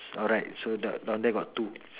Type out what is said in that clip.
alright so down down there got two